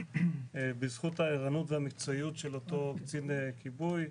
בזכות הערנות והמקצועיות של אותו קצין כיבוי,